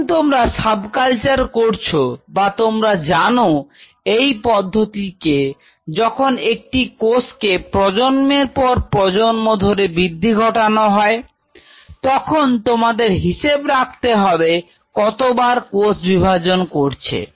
যখন তোমরা subculture করছো বা তোমরা জানো এই পদ্ধতিটিকে যখন একটি কোষকে প্রজন্মের পর প্রজন্ম ধরে বৃদ্ধি ঘটানো হয় তখন তোমাদের হিসেব রাখতে হবে কত বার কোষ বিভাজন করছে